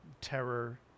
terror